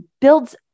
builds